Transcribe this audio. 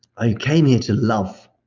i came here to love.